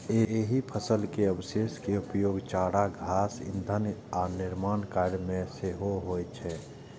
एहि फसल के अवशेष के उपयोग चारा, घास, ईंधन आ निर्माण कार्य मे सेहो होइ छै